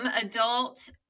adult